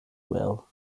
well